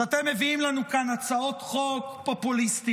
אתם מביאים לנו כאן הצעות חוק פופוליסטיות,